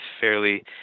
fairly